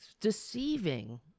deceiving